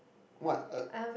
what uh